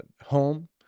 home